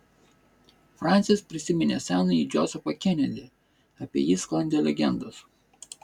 fransis prisiminė senąjį džozefą kenedį apie jį sklandė legendos